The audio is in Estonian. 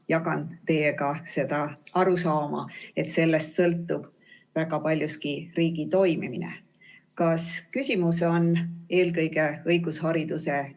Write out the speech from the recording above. jagan teiega arusaama, et sellest sõltub väga paljuski riigi toimimine. Kas küsimus on eelkõige õigushariduse